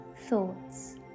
thoughts